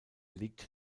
liegt